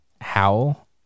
Howl